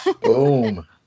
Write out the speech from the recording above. Boom